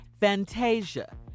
Fantasia